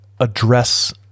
address